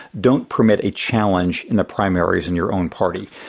don't permit a challenge in the primaries in your own party.